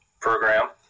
program